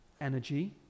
Energy